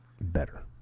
better